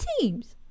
teams